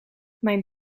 mijn